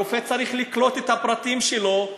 הרופא צריך לקלוט את הפרטים שלו,